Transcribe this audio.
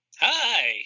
Hi